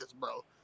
bro